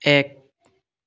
এক